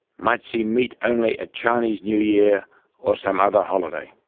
might see meat only at chinese new year or some other holiday,